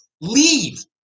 Leave